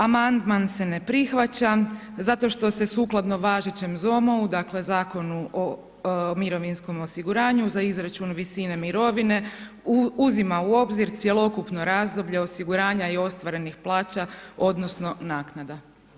Amandman se ne prihvaća, zato što se sukladno važećem ZOM-u, dakle Zakonu o mirovinskom osiguranju za izračun visine mirovine, uzima u obzir cjelokupno razdoblje osiguranja i ostvarenih plaća odnosno naknada.